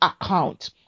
account